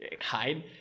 hide